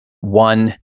one